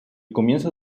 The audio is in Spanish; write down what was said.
comienzo